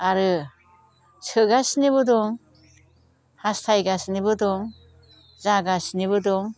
आरो सोगासिनोबो दं हास्थायगासिनोबो दं जागासिनोबो दं